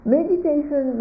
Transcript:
meditation